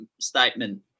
statement